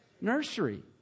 nursery